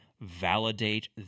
validate